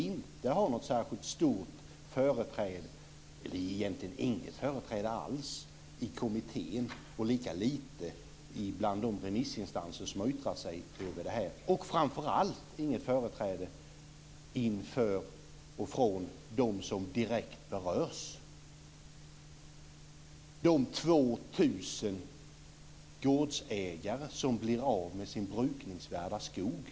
Det har egentligen inget företräde alls i kommittén, och lika lite bland de remissinstanser som har yttrat sig över detta. Framför allt har det inget företräde inför och från dem som direkt berörs - de 2 000 gårdsägare som blir av med sin brukningsvärda skog.